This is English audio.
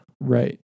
right